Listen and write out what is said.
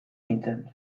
nintzen